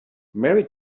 mary